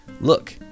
Look